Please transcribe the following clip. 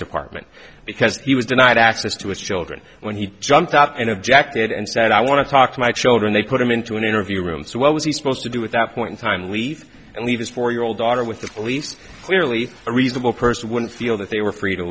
department because he was denied access to his children when he jumped out and objected and said i want to talk to my children they put him into an interview room so what was he supposed to do with that point in time we eat and leave his four year old daughter with the police clearly a reasonable person wouldn't feel that they were free to